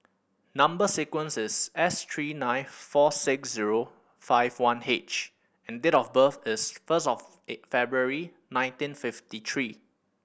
number sequence is S three nine four six zero five one H and date of birth is first of February nineteen fifty three